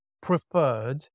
preferred